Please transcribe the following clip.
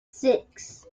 six